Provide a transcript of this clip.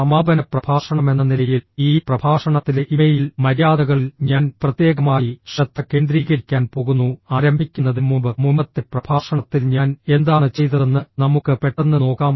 സമാപന പ്രഭാഷണമെന്ന നിലയിൽ ഈ പ്രഭാഷണത്തിലെ ഇമെയിൽ മര്യാദകളിൽ ഞാൻ പ്രത്യേകമായി ശ്രദ്ധ കേന്ദ്രീകരിക്കാൻ പോകുന്നു ആരംഭിക്കുന്നതിന് മുമ്പ് മുമ്പത്തെ പ്രഭാഷണത്തിൽ ഞാൻ എന്താണ് ചെയ്തതെന്ന് നമുക്ക് പെട്ടെന്ന് നോക്കാം